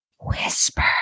Whisper